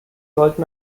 sollte